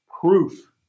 proof